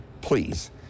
Please